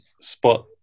spot